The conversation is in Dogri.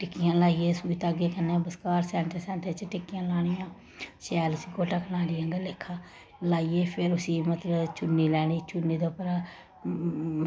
टिक्कियां लाइयै सुई धागे कन्नै बश्कार सेंटर सेंटरे च टिक्कियां लानियां शैल उस्सी गोटा कनारी आंह्गर लेखा लाइयै फिर उस्सी मतलब चुन्नी लैनी चुन्नी दे उप्पर